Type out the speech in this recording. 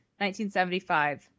1975